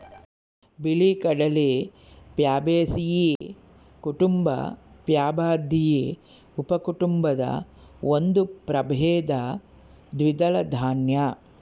ಬಿಳಿಗಡಲೆ ಪ್ಯಾಬೇಸಿಯೀ ಕುಟುಂಬ ಪ್ಯಾಬಾಯ್ದಿಯಿ ಉಪಕುಟುಂಬದ ಒಂದು ಪ್ರಭೇದ ದ್ವಿದಳ ದಾನ್ಯ